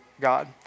God